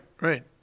right